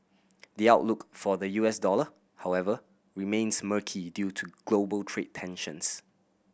the outlook for the U S dollar however remains murky due to global trade tensions